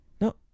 No